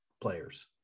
players